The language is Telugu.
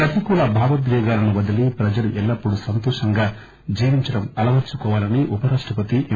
ప్రతికూల భావోద్యోగాలను వదిలి ప్రజలు ఎల్లప్పుడు సంతోషంగా జీవించడం అలవర్చుకోవాలని ఉప రాష్ట్రపతి ఎం